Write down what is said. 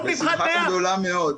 בשמחה גדולה מאוד.